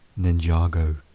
Ninjago